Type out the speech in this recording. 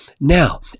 Now